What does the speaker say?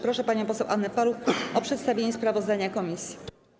Proszę panią poseł Annę Paluch o przedstawienie sprawozdania komisji.